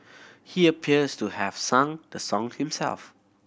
he appears to have sung the song himself